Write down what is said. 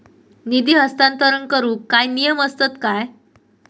निधी हस्तांतरण करूक काय नियम असतत काय?